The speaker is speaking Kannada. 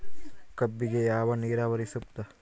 ಕಬ್ಬಿಗೆ ಯಾವ ನೇರಾವರಿ ಸೂಕ್ತ?